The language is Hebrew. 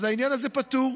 אז העניין הזה פטור.